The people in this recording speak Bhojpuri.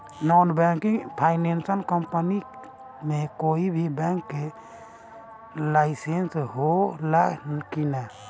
नॉन बैंकिंग फाइनेंशियल कम्पनी मे कोई भी बैंक के लाइसेन्स हो ला कि ना?